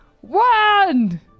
one